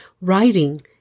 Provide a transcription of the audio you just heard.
writing